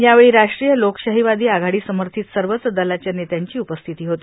यावेळी राष्ट्रीय लोकशाहीवादी आघाडी समर्थित सर्वच दलाच्या नेत्यांची उपस्थिती होती